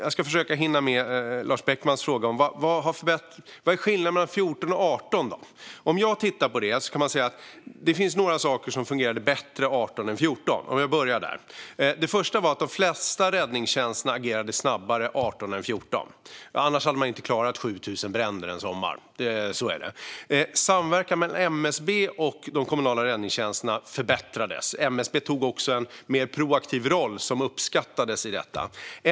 Jag ska försöka hinna med Lars Beckmans fråga om skillnaden mellan 2014 och 2018. Jag kan börja med att säga att några saker fungerade bättre 2018 än 2014. Det första är att de flesta räddningstjänster agerade snabbare 2018 än 2014 - annars hade man inte klarat att hantera 7 000 bränder under en sommar. Samverkan mellan MSB och de kommunala räddningstjänsterna förbättrades. MSB tog också en mer proaktiv roll i detta, som uppskattades.